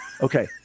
okay